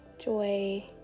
joy